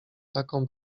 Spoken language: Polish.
taką